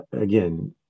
again